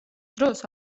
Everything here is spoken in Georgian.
დროს